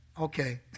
Okay